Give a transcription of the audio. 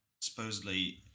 supposedly